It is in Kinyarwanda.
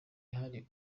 ihari